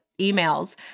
emails